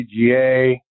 PGA